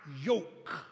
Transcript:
yoke